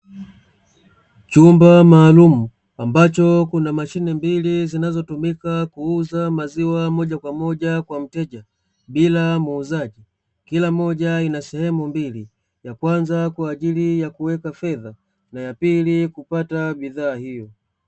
Chumba maalumu ambacho kuna mashine mbili zinazotumika kuuza maziwa moja kwa moja kwa mteja, bila ya muuzaji; kila moja ina sehemu mbili, ya kwanza kwa ajili ya kuweka fedha na ya pili kupata bidhaa hiyo.